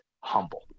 humble